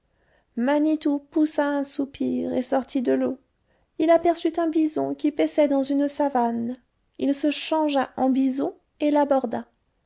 manitou poussa un soupir et sortit de l'eau il aperçut un bison qui paissait dans une savane il se changea en bison et l'aborda